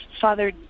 Father